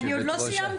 אני עוד לא סיימתי.